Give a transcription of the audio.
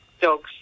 dogs